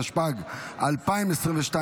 התשפ"ג 2022,